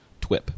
TWIP